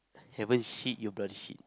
haven't shit you bloody shit